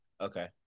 Okay